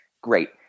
great